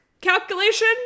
calculation